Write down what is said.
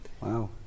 Wow